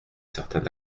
certain